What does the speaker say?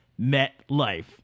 MetLife